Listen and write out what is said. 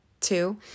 two